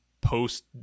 post